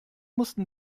mussten